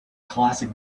classic